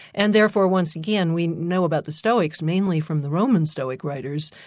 and therefore once again we know about the stoics mainly from the roman stoic writers,